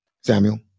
Samuel